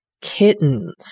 Kittens